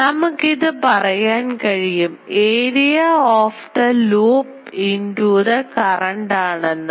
നമുക്കതുപറയാൻ കഴിയും area of the loop into the current ആണെന്ന്